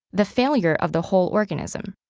the failure of the whole organism.